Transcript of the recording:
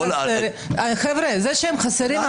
חבר'ה, ולמה הם חסרים?